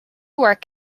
work